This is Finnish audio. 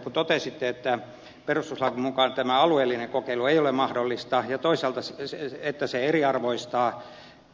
te totesitte että perustuslain mukaan tämä alueellinen kokeilu ei ole mahdollista ja että se eriarvoistaa